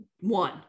one